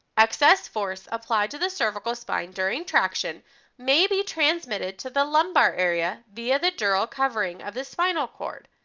excess force applied to the cervical spine during traction may be transmitted to the lumbar area via the dural covering of the spinal cord.